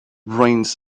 brains